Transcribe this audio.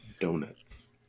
donuts